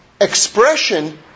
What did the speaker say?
expression